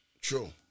True